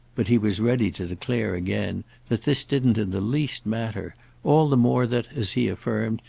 but he was ready to declare again that this didn't in the least matter all the more that, as he affirmed,